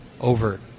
over